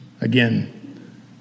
Again